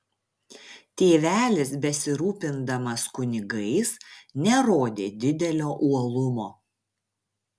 tėvelis besirūpindamas kunigais nerodė didelio uolumo